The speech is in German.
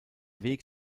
weg